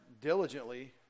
diligently